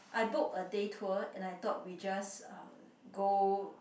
I book a day tour and I thought we just go